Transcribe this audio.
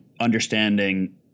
understanding